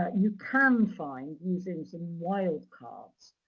you can find using some wild cards.